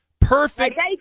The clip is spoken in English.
Perfect